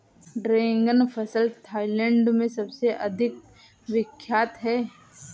dragon फल Thailand में सबसे अधिक विख्यात है